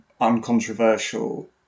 uncontroversial